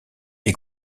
est